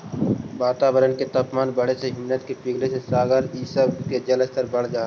वातावरण के तापमान बढ़े से हिमनद के पिघले से सागर इ सब के जलस्तर बढ़े लगऽ हई